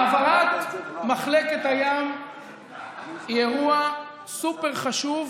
העברת מחלקת הים היא אירוע סופר-חשוב.